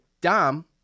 dom